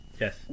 Yes